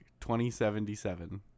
2077